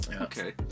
Okay